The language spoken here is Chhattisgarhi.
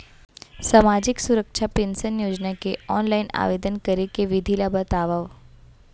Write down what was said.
सामाजिक सुरक्षा पेंशन योजना के ऑनलाइन आवेदन करे के विधि ला बतावव